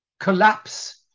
collapse